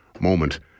moment